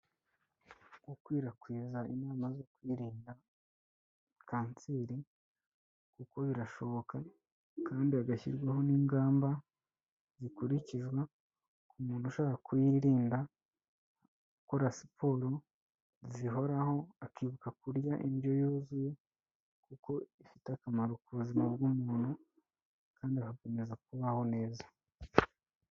Gukwirakwiza inama zo kwiyirinda kanseri kuko birashoboka kandi hagashyirwaho n'ingamba zikurikizwa ku muntu ushaka kuyirinda, ukora siporo zihoraho, akibuka kurya indyo yuzuye, kuko ifite akamaro ku buzima bw'umuntu kandi agakomeza kubaho neza.